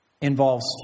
involves